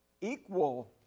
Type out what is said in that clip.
equal